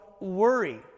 worry